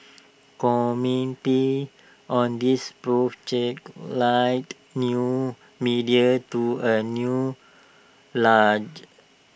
commenting on this Prof Chen likened new media to A new large